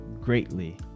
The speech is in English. greatly